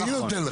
אני נותן לך.